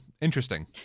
interesting